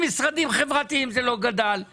ובמשרדים חברתיים אחרים זה לא גדל באותה צורה?